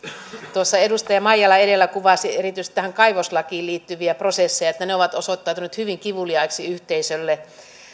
tuossa edustaja maijala edellä kuvasi erityisesti tähän kaivoslakiin liittyviä prosesseja niin että ne ovat osoittautuneet hyvin kivuliaiksi yhteisölle